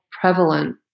prevalent